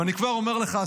ואני כבר אומר לך,